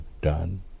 done